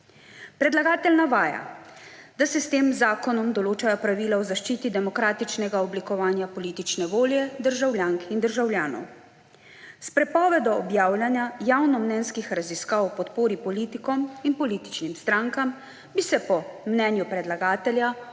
Predlagatelj navaja, da se s tem zakonom določajo pravila o zaščiti demokratičnega oblikovanja politične volje državljank in državljanov. S prepovedjo objavljanja javnomnenjskih raziskav o podpori politikom in političnim strankam bi se po mnenju predlagatelja